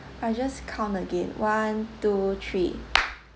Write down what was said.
I just count again one two three